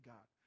God